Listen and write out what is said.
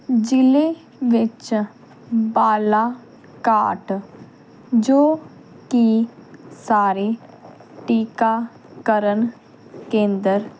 ਜ਼ਿਲ੍ਹੇ ਵਿੱਚ ਬਾਲਾਘਾਟ ਜੋ ਕਿ ਸਾਰੇ ਟੀਕਾਕਰਨ ਕੇਂਦਰ